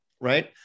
right